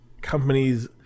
companies